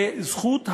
וזכות הדיור,